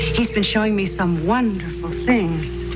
he's been showing me some wonderful things.